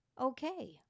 okay